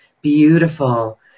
beautiful